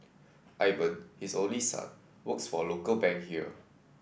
Ivan his only son works for a local bank here